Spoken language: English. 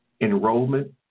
Enrollment